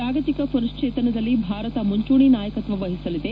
ಜಾಗತಿಕ ಮನ್ನೇತನದಲ್ಲಿ ಭಾರತ ಮುಂಚೂಣಿ ನಾಯಕತ್ವ ಮಿಸಲಿದೆ